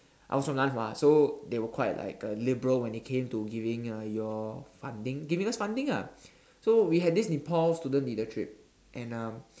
I was from Nan-Hua so they were quite like uh liberal when it came to giving uh your funding giving us funding lah so we had this Nepal student leader trip and um